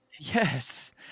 Yes